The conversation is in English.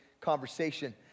conversation